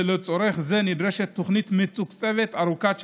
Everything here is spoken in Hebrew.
ולצורך זה נדרשת תוכנית מתוקצבת ארוכת שנים.